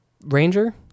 ranger